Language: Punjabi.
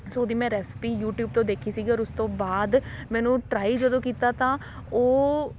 ਸੋ ਉਹਦੀ ਮੈਂ ਰੈਸਪੀ ਯੂਟਿਊਬ ਤੋਂ ਦੇਖੀ ਸੀਗੀ ਔਰ ਉਸ ਤੋਂ ਬਾਅਦ ਮੈ ਉਹਨੂੰ ਟਰਾਈ ਜਦੋਂ ਕੀਤਾ ਤਾਂ ਉਹ